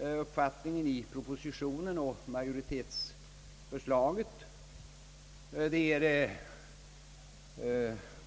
uppfattningen i propositionen och majoritetsförslaget.